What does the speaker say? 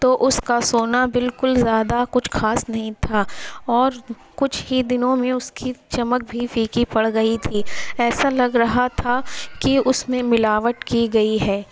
تو اس کا سونا بالکل زیادہ کچھ خاص نہیں تھا اور کچھ ہی دنوں میں اس کی چمک بھی پھیکی پڑ گئی تھی ایسا لگ رہا تھا کہ اس میں ملاوٹ کی گئی ہے